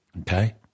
okay